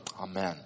Amen